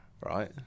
right